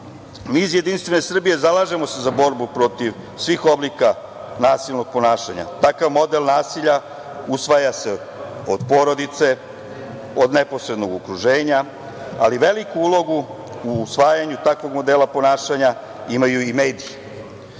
iz Jedinstvene Srbije zalažemo se za borbu protiv svih oblika nasilnog ponašanja. Takav model nasilja usvaja se od porodice, od neposrednog okruženja, ali veliku ulogu u usvajanju takvog modela ponašanja imaju i mediji.